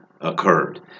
occurred